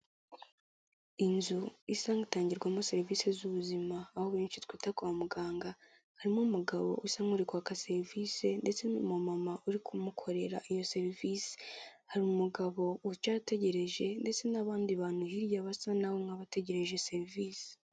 Inzu isa nk'itangirwamo serivisi z'ubuzima aho benshi twita kwa muganga, harimo umugabo usa nk'uri kwaka serivisi ndetse n'umumama uri kumukorera iyo serivisi. Hari umugabo wicaye utegereje ndetse n'abandi bantu hirya basa na bo nk'abategereje serivisi.